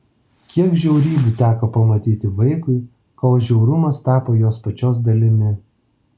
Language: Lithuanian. kiek žiaurybių teko pamatyti vaikui kol žiaurumas tapo jos pačios dalimi